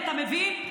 אתה מבין?